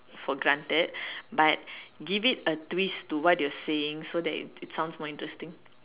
for granted but give it a twist to what you're saying so that it sounds more interesting